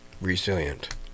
resilient